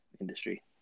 industry